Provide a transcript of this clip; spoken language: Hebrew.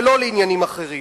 ולא לעניינים אחרים.